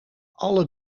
alle